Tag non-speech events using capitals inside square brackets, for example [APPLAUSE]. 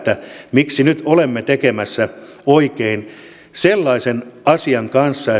miksi nyt olemme tekemässä oikein tämän asian kanssa [UNINTELLIGIBLE]